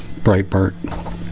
breitbart